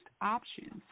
options